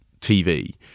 tv